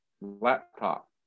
laptop